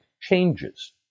changes